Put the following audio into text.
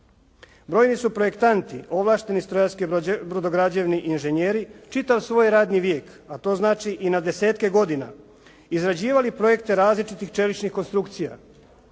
Brojni su projektanti ovlašteni brodograđevni inženjeri, čitav svoj radni vijek, a to znači i na desetke godina izrađivali projekte različitih čeličnih konstrukcija.